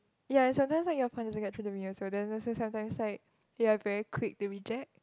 ya sometimes like your point doesn't get through to me also then that's why sometimes like you are very quick to reject